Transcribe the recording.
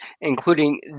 including